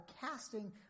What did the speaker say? casting